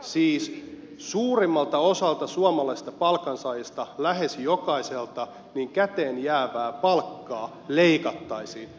siis suurimmalta osalta suomalaisista palkansaajista lähes jokaiselta käteen jäävää palkkaa leikattaisiin